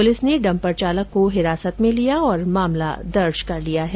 police ने dumper चालक को हिरासत में लिया है और मामला दर्ज कर लिया है